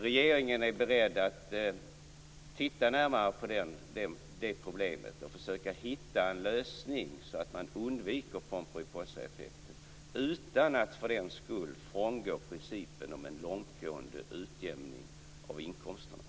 Regeringen är beredd att titta närmare på det problemet och försöka hitta en lösning så att man undviker pomperipossaeffekten utan att för den skull frångå principen om en långtgående utjämning av inkomsterna.